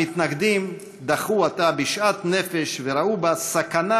המתנגדים דחו אותה בשאט נפש וראו בה סכנה